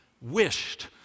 wished